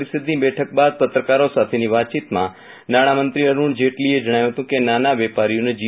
પરિષદની બેઠક બાદ પત્રકારો સાથેની વાતચીતમાં નાણામંત્રી અરૂણ જેટલીએ જણાવ્યું હતું કે નાના વેપારીઓને જી